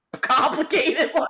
complicated